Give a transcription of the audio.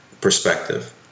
perspective